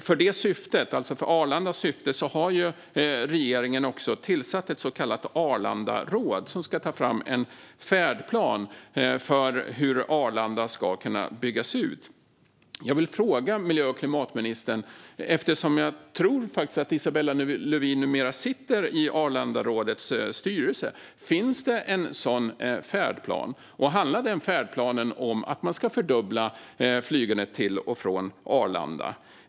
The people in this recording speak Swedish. För detta syfte, alltså Arlandas syfte, har regeringen också tillsatt ett så kallat Arlandaråd, som ska ta fram en färdplan för hur Arlanda ska kunna byggas ut. Eftersom jag tror att Isabella Lövin numera sitter i Arlandarådets styrelse vill jag fråga henne: Finns det en sådan färdplan? Handlar denna färdplan om att man ska fördubbla flygandet till och från Arlanda?